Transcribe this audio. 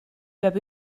peab